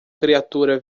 criatura